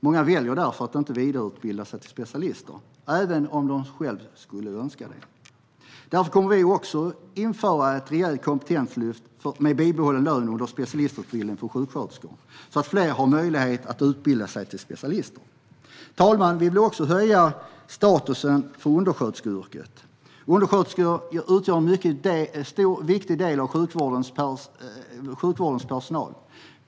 Många väljer därför att inte vidareutbilda sig till specialister, även om de själva skulle önska det. Därför kommer vi också att införa ett rejält kompetenslyft med bibehållen lön under specialistutbildningen för sjuksköterskor så att fler har möjlighet att utbilda sig till specialister. Herr talman! Vi vill också höja statusen för undersköterskeyrket. Undersköterskor utgör en mycket viktig del av sjukvårdens personal.